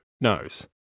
knows